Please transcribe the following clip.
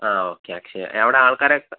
ആ ഓക്കെ അക്ഷയ അവിടാൾക്കാരൊക്കെ